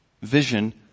vision